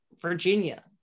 Virginia